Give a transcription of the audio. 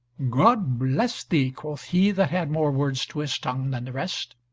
god bless thee, quoth he that had more words to his tongue than the rest.